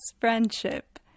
friendship